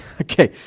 Okay